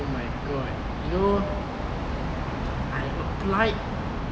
oh my god you know I applied